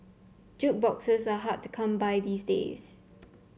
jukeboxes are hard to come by these days